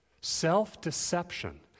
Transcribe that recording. Self-deception